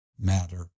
matter